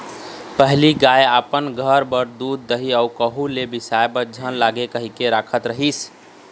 पहिली गाय अपन घर बर दूद, दही अउ कहूँ ले बिसाय बर झन लागय कहिके राखत रिहिस